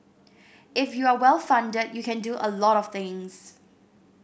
if you are well funded you can do a lot of things